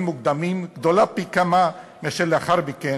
מוקדמים גדולה פי-כמה מאשר לאחר מכן,